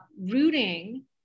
rooting